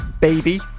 Baby